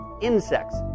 insects